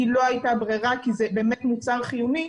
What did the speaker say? כי לא הייתה ברירה, כי זה באמת מוצר חיוני,